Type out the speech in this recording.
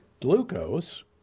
glucose